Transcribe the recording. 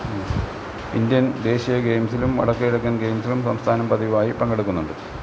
Indian ദേശീയ ഗെയിംസിലും വടക്കു കിഴക്കന് ഗെയിംസിലും സംസ്ഥാനം പതിവായി പങ്കെടുക്കുന്നുണ്ട്